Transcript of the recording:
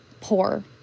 poor